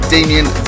Damien